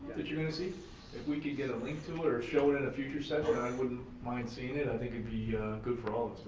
that you're gonna see, if we can get a link to it or show it in a future session i wouldn't mind seeing it, i think it would be good for all